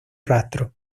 rastro